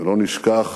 ולא נשכח